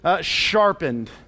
sharpened